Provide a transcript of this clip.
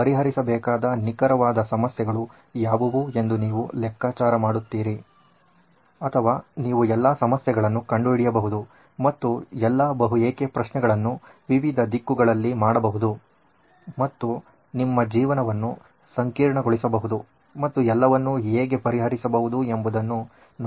ಆದ್ದರಿಂದ ಪರಿಹರಿಸಬೇಕಾದ ನಿಖರವಾದ ಸಮಸ್ಯೆಗಳು ಯಾವುವು ಎಂದು ನೀವು ಲೆಕ್ಕಾಚಾರ ಮಾಡುತ್ತೀರಿ ಅಥವಾ ನೀವು ಎಲ್ಲಾ ಸಮಸ್ಯೆಗಳನ್ನು ಕಂಡುಹಿಡಿಯಬಹುದು ಮತ್ತು ಎಲ್ಲಾ ಬಹು ಏಕೆ ಪ್ರಶ್ನೆಯನ್ನು ವಿವಿಧ ದಿಕ್ಕುಗಳಲ್ಲಿ ಮಾಡಬಹುದು ಮತ್ತು ನಿಮ್ಮ ಜೀವನವನ್ನು ಸಂಕೀರ್ಣಗೊಳಿಸಬಹುದು ಮತ್ತು ಎಲ್ಲವನ್ನೂ ಹೇಗೆ ಪರಿಹರಿಸಬಹುದು ಎಂಬುದನ್ನು ನೋಡಬಹುದು